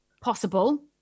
Possible